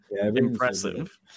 impressive